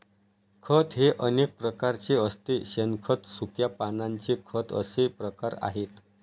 खत हे अनेक प्रकारचे असते शेणखत, सुक्या पानांचे खत असे प्रकार आहेत